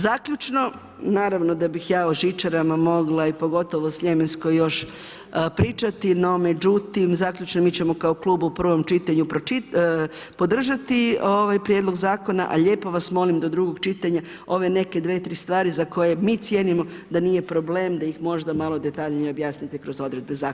Zaključno, naravno da bih ja o žičara mogla i pogotovo sljemenskoj još pričati no međutim, zaključno mi ćemo kao klub u prvom čitanju podržati ovaj prijedlog zakona a lijepo vas molim do drugog čitanja, ove neke dvije, tri stvari za koje mi cijenimo da nije problem, da ih možda malo detaljnije objasnite kroz odredbe zakona.